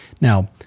Now